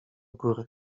góry